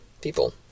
people